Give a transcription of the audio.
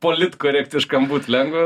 politkorektiškam būt lengva